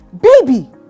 baby